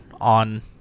on